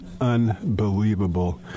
unbelievable